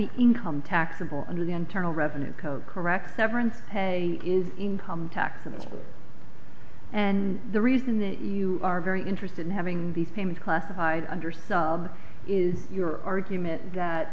be income tax of all under the internal revenue code correct severance pay is income taxes and the reason that you are very interested in having these payments classified under sub is your argument that